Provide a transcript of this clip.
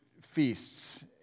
feasts